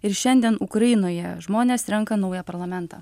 ir šiandien ukrainoje žmonės renka naują parlamentą